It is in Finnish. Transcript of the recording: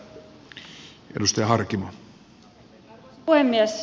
arvoisa puhemies